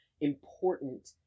important